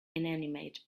inanimate